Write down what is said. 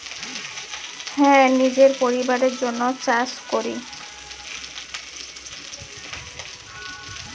subsistence farming মানে হচ্ছে যারা নিজের পরিবারের জন্যে চাষ কোরে